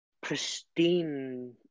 pristine